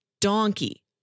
donkey